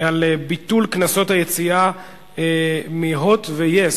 על ביטול קנסות היציאה מ"הוט" ו-yes,